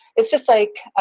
it's just like,